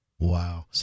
Wow